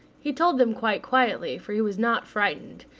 he told them quite quietly, for he was not frightened,